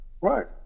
right